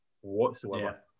whatsoever